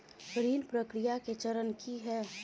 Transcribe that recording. ऋण प्रक्रिया केँ चरण की है?